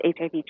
HIV